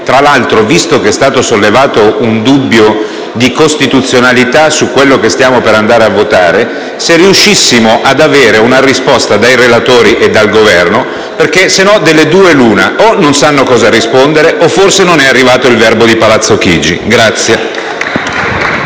tra l'altro, è stato sollevato un dubbio di costituzionalità su quanto stiamo per andare a votare, se riuscissimo ad avere una risposta dal relatore e dal Governo. Altrimenti, delle due l'una: o non sanno cosa rispondere o forse non è arrivato il verbo di Palazzo Chigi.